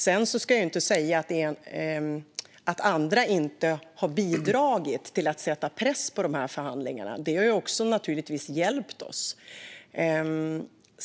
Sedan ska jag inte säga att andra inte har bidragit till att sätta press på förhandlingarna. Det har naturligtvis hjälpt oss.